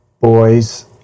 boys